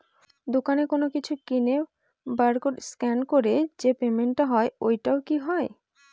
দোকানে কোনো কিছু কিনে বার কোড স্ক্যান করে যে পেমেন্ট টা হয় ওইটাও কি হয়?